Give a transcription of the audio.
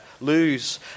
lose